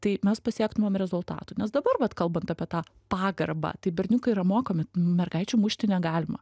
tai mes pasiektumėm rezultatų nes dabar vat kalbant apie tą pagarbą tai berniukai yra mokomi mergaičių mušti negalima